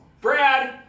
Brad